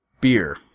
beer